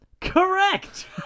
Correct